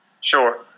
Sure